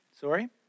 sorry